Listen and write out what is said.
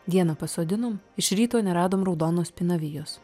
dieną pasodinom iš ryto neradom raudonos pinavijos